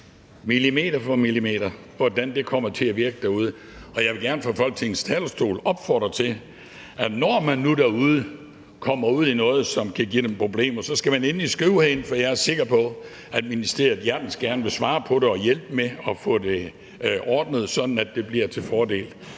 millimeter med hensyn til, hvordan det kommer til at virke derude, og jeg vil gerne her fra Folketingets talerstol opfordre til, at man, når man nu derude kommer ud i noget, som kan give problemer, så endelig skal skrive herind. For jeg er sikker på, at ministeriet hjertens gerne vil svare på det og hjælpe med at få det ordnet, sådan at det bliver til fordel